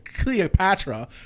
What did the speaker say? Cleopatra